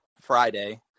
friday